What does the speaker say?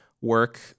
work